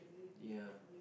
ya